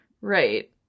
Right